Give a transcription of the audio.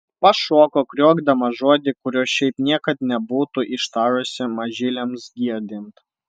pašoko kriokdama žodį kurio šiaip niekad nebūtų ištarusi mažyliams girdint